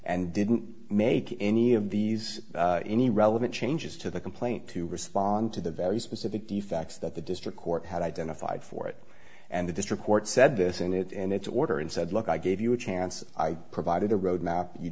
and didn't make any of these any relevant changes to the complaint to respond to the very specific defects that the district court had identified for it and the district court said this in it in its order and said look i gave you a chance i provided a road map you